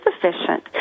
sufficient